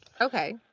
Okay